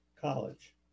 college